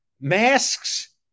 masks